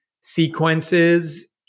sequences